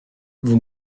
vous